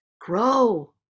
grow